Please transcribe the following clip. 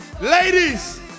ladies